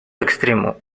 extremo